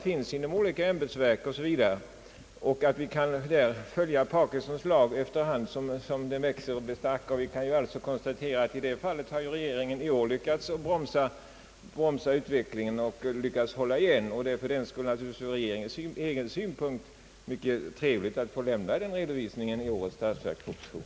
Det är t.ex. mycket trevligt att studera hur många befattningshavare det finns inom de olika ämbetsverken m.m. Vi kan ju konstatera att regeringen i år har lyckats bromsa den utveckling som Parkinsons lag beskriver, och det är naturligtvis ur regeringens synpunkt glädjande att kunna lämna en sådan redovisning i årets statsverksproposition.